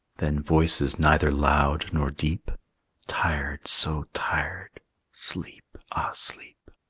then voices neither loud nor deep tired, so tired sleep! ah, sleep!